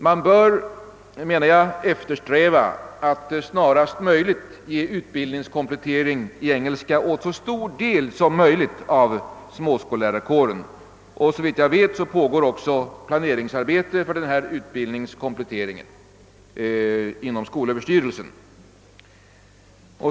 Man bör, anser jag, eftersträva att snarast möjligt ge utbildningskomplettering i engelska åt så stor del som möjligt av småskollärarkåren. Såvitt jag vet, pågår också planeringsarbete för denna utbildningskomplettering inom skolöverstyrelsen.